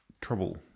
Trouble